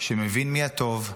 שמבין מי הטוב,